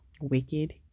wicked